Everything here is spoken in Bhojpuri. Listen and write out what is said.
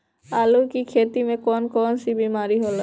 आलू की खेती में कौन कौन सी बीमारी होला?